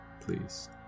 please